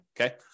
Okay